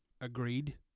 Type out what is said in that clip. agreed